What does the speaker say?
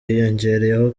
hiyongereyeho